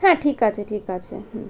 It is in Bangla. হ্যাঁ ঠিক আছে ঠিক আছে হুম